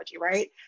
right